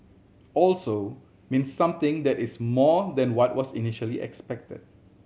also means something that is more than what was initially expected